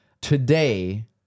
Today